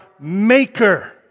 Maker